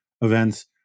events